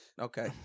Okay